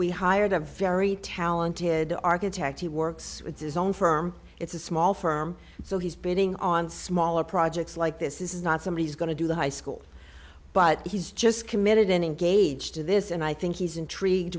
we hired a very talented architect he works with his own firm it's a small firm so he's been in on smaller projects like this this is not somebody who's going to do the high school but he's just committed engaged to this and i think he's intrigued